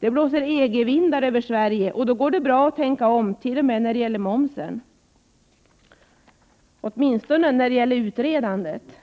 Det blåser EG-vindar över Sverige, och då går det bra att tänka om, t.o.m. när det gäller momsen och åtminstone när det gäller utredandet.